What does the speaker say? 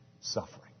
suffering